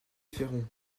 féron